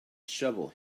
shovel